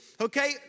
okay